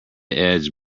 edge